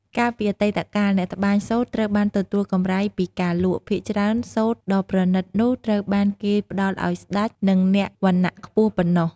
កាលពីអតីតកាល អ្នកត្បាញសូត្រត្រូវបានទទួលកម្រៃពីការលក់ ភាគច្រើនសូត្រដ៏ប្រណិតនោះត្រូវបានគេផ្ដល់ឲ្យស្តេច និងអ្នកវណ្ណៈខ្ពស់ប៉ុណ្ណោះ។